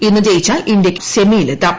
ഇന്ന് ജയിച്ചാൽ ഇന്ത്യയ്ക്ക് സെമിയിലെത്താം